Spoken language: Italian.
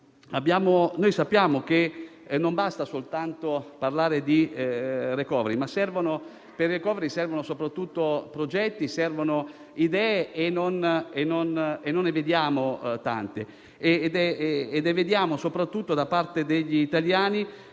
Sappiamo che non basta soltanto parlare di *recovery:* servono soprattutto progetti e idee, ma non ne vediamo tante; ne vediamo soprattutto da parte degli italiani,